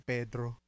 Pedro